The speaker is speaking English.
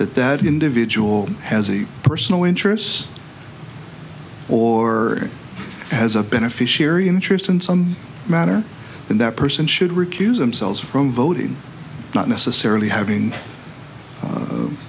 that that individual has a personal interests or as a beneficiary interest in some manner and that person should recuse themselves from voting not necessarily having